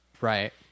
Right